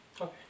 Okay